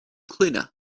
cleaner